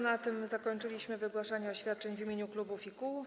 Na tym zakończyliśmy wygłaszanie oświadczeń w imieniu klubów i kół.